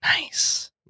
nice